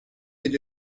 bir